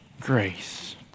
grace